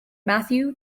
matthew